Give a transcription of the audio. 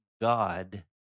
God